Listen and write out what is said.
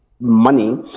money